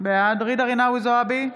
בעד ג'ידא רינאוי זועבי,